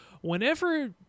whenever